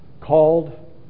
called